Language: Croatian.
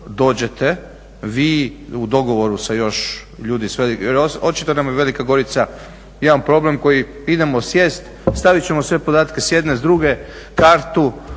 dođete vi u dogovoru sa još ljudi, očito nam je Velika Gorica jedan problem koji idemo sjesti, staviti ćemo sve podatke s jedne, druge, kartu.